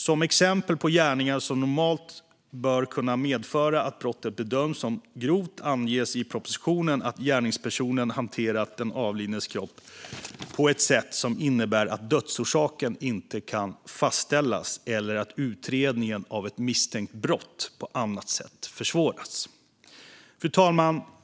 Som exempel på gärningar som normalt bör kunna medföra att brottet bedöms som grovt anges i propositionen att gärningspersonen har hanterat den avlidnes kropp på ett sätt som innebär att dödsorsaken inte kan fastställas eller att utredningen av ett misstänkt brott på annat sätt försvåras. Fru talman!